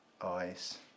eyes